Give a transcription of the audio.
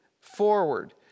forward